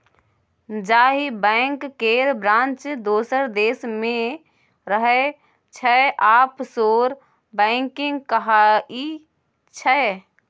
जाहि बैंक केर ब्रांच दोसर देश मे रहय छै आफसोर बैंकिंग कहाइ छै